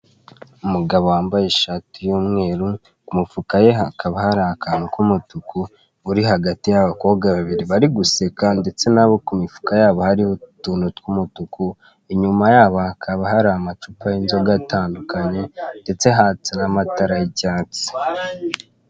Umugabo wambaye ishati y'umweru k'umufuka we hakaba hari akantu k'umutuku uri hagati y'abakobwa babiri bari guseka ndetse nabo kumifuka yabo hariho utuntu tw'umutuku inyuma yabo hakaba hari amacupa y'inzoga atandukanye ndetse hatse n'amatara y'icyatsi.